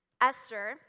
Esther